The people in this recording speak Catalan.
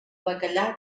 bacallà